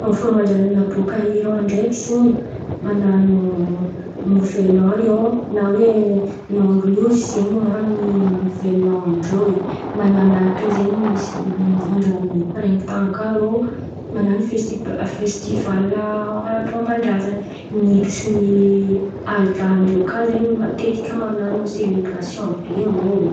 Reo fomban-drazana bôka Iran ndraiky zen̈y, manan̈o novel’an reo na hoe nanrozy zeny anaran’ny novel’an ndrô e. Manamarika zen̈y misy andran’ny praintan kà reo manan̈o festib- festivala ara-pômban-drazana. Ny idy sy ny aldan-dreo kà zen̈y matetika manan̈o selebrasion be reo oe.